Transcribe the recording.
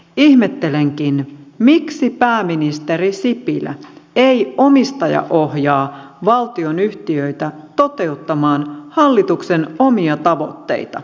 ihmettelenkin miksi pääministeri sipilä ei omistajaohjaa valtionyhtiöitä toteuttamaan hallituksen omia tavoitteita